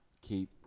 keep